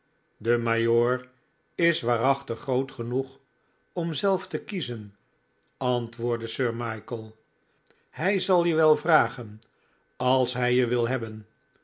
is waarachtig groot genoeg om zelf te kiezen antwoordde sir michael hij zal je wel vragen als hij je wil hebben